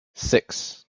six